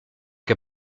che